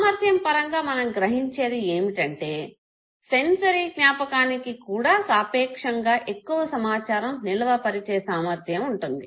సామర్ధ్యం పరంగా మనం గ్రహించేది ఏంటంటే సెన్సరీ జ్ఞాపకానికి కుడా సాపేక్షంగా ఎక్కువ సమాచారం నిల్వ పరిచే సామర్ధ్యం ఉండదు